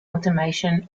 automation